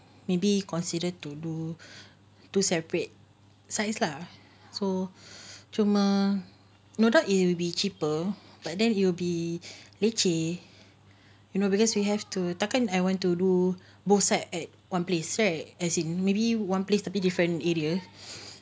maybe consider to do two separate size lah so cuma no doubt it will be cheaper but then it will be leceh you know because we have to tak kan I went to do both side at one place so like as in maybe one place to be different area